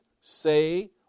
say